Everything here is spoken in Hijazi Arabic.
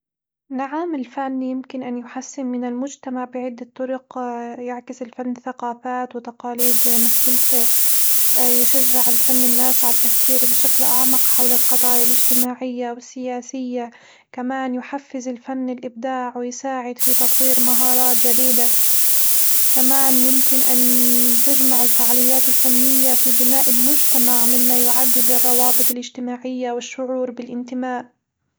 نعم، الفن يمكن أن يحسن من المجتمع بعدة طرق يعكس الفن ثقافات وتقاليد مختلفة، يشجع الفن الناس على التفكير بشكل أعمق حول القضايا الاجتماعية والسياسية، كمان يحفز الفن الإبداع ويساعد في تطوير مهارات جديدة، كمان يمكن أن تجمع الفعاليات الفنية في بناء المجتمع، مما يعزز الروابط الاجتماعية والشعور بالانتماء.